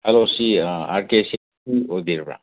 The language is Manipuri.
hello C R K C ꯑꯦꯁꯀꯤ ꯑꯣꯏꯕꯤꯔꯕ꯭ꯔꯥ